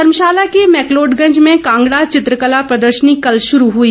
धर्मशाला के मैकलोडगंज में कांगड़ा चित्रकला प्रदर्शनी कल शुरू हुई